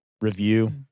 review